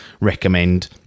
recommend